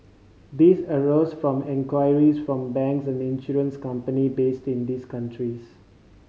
these arose from inquiries from banks and insurance company based in these countries